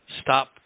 Stop